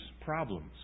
problems